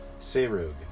Serug